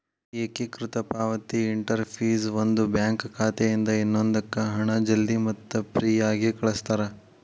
ಏಕೇಕೃತ ಪಾವತಿ ಇಂಟರ್ಫೇಸ್ ಒಂದು ಬ್ಯಾಂಕ್ ಖಾತೆಯಿಂದ ಇನ್ನೊಂದಕ್ಕ ಹಣ ಜಲ್ದಿ ಮತ್ತ ಫ್ರೇಯಾಗಿ ಕಳಸ್ತಾರ